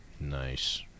Nice